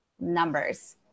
numbers